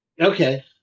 Okay